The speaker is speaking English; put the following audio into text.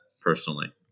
personally